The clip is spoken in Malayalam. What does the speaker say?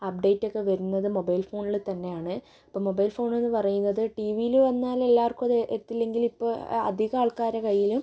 അപ്ഡേറ്റൊക്കെ വരുന്നത് മൊബൈൽ ഫോണിൽത്തന്നെയാണ് അപ്പോൾ മൊബൈൽ ഫോണ് എന്നുപറയുന്നത് ടി വിയിൽ വന്നാൽ എല്ലാവർക്കും അത് എത്തില്ലെങ്കിലും ഇപ്പോൾ അധികം ആൾക്കാരുടെ കയ്യിലും